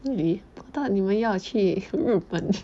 realy thought 你们要去日本